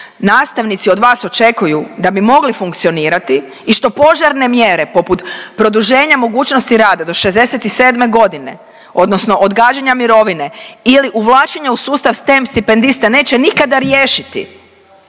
nastavnici od vas očekuju da bi mogli funkcionirati i što požarne mjere poput produženja mogućnosti rada do 67 godine odnosno odgađanja mirovine ili uvlačenja u sustav STEM stipendista neće nikada riješiti